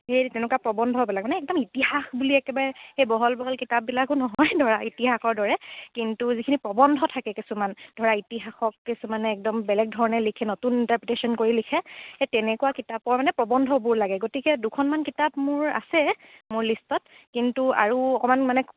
সেই তেনেকুৱা প্ৰবন্ধবিলাক মানে একদম ইতিহাস বুলি একেবাৰে সেই বহল বহল কিতাপবিলাকো নহয় ধৰা ইতিহাসৰ দৰে কিন্তু যিখিনি প্ৰবন্ধ থাকে কিছুমান ধৰা ইতিহাসক কিছুমানে একদম বেলেগ ধৰণে লিখে নতুন ইণ্টাৰপ্ৰীটেশ্যন কৰি লিখে সেই তেনেকুৱা কিতাপৰ মানে প্ৰবন্ধবোৰ লাগে গতিকে দুখনমান কিতাপ মোৰ আছে মোৰ লিষ্টত কিন্তু আৰু অকণমান মানে